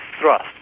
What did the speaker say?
thrust